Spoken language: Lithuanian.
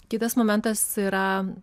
kitas momentas yra